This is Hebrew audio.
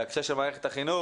בהקשר גם למערכת החינוך,